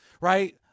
right